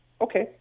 Okay